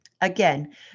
Again